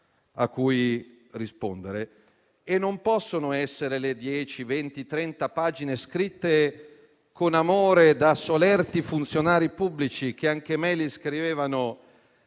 su cui rispondere e non possono essere le 10, 20 o 30 pagine scritte con amore da solerti funzionari pubblici - le scrivevano